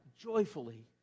joyfully